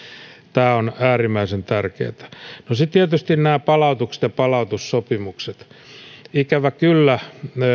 tämä on äärimmäisen tärkeätä sitten tietysti nämä palautukset ja palautussopimukset ikävä kyllä